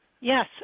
Yes